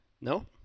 No